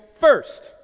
first